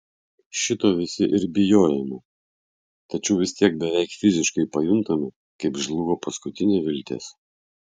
šito visi ir bijojome tačiau vis tiek beveik fiziškai pajuntame kaip žlugo paskutinė viltis